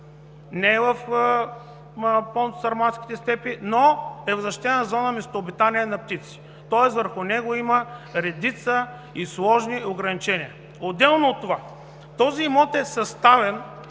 не е в Понто-Сармантските степи, но е в защитена зона „местообитание на птици“. Тоест върху него има редица и сложни ограничения. Отделно от това, независимо че към това